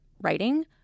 writing